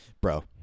Bro